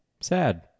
Sad